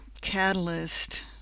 catalyst